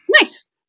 Nice